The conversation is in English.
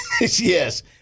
Yes